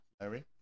Larry